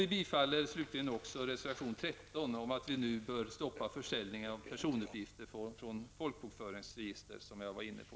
Vi vill slutligen också bifalla reservation 13, om stopp för försäljningen av personuppgifter från folkbokföringsregister, som jag var inne på.